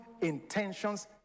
intentions